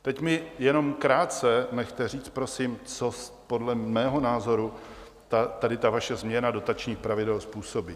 Teď mě jenom krátce nechte říct, prosím, co podle mého názoru tady ta vaše změna dotačních pravidel způsobí.